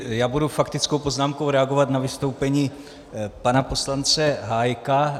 Já budu faktickou poznámkou reagovat na vystoupení pana poslance Hájka.